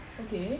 okay